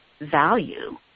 value